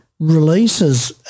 releases